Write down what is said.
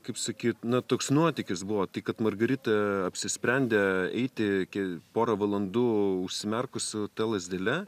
kaip sakyt na toks nuotykis buvo tai kad margarita apsisprendė eiti iki porą valandų užsimerkus su ta lazdele